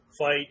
fight